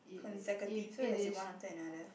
consecutive so it has to be one after another